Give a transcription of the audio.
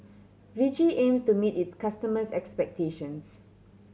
Vichy aims to meet its customers' expectations